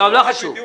לא חשוב.